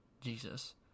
jesus